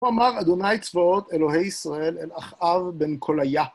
כה אמר אדוני צבאות, אלוהי ישראל, אל אחאב בן קוליה.